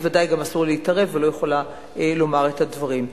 לי בוודאי אסור לי להתערב ואני לא יכולה לומר את הדברים.